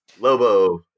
Lobo